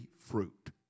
fruit